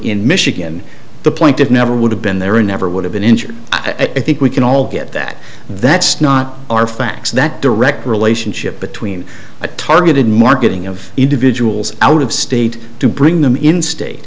in michigan the point of never would have been there never would have been injured i think we can all get that that's not our facts that direct relationship between a targeted marketing of individuals out of state to bring them in state